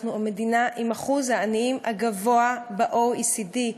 אנחנו המדינה עם שיעור העניים הגבוה ב-OECD.